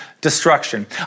destruction